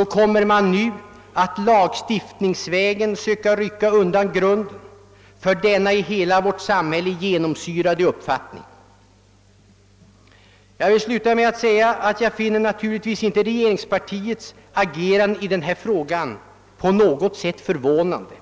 ord — kommer man nu att på lagstiftningsvägen söka rycka undan grunden för denna i hela vårt samhälle genomsyrade uppfattning. Jag vill sluta med att säga att jag naturligtvis inte finner regeringspartiets agerande i den här frågan på något sätt förvånande.